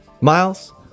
Miles